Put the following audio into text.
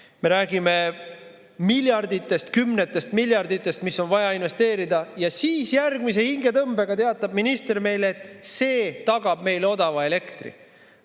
Me räägime miljarditest, kümnetest miljarditest, mida on vaja investeerida, ja siis järgmise hingetõmbega teatab minister, et see tagab meile odava elektri.